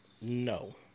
No